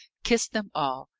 kissed them all,